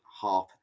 half